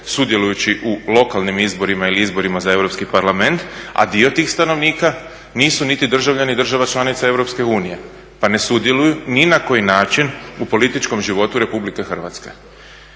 sudjelujući u lokalnim izborima ili u izborima za Europski parlament, a dio tih stanovnika nisu niti državljani država članica EU pa ne sudjeluju ni na koji način u političkom životu RH.